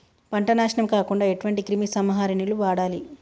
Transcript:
పంట నాశనం కాకుండా ఎటువంటి క్రిమి సంహారిణిలు వాడాలి?